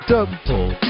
Double